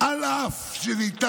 היא כותבת: על אף שניתן,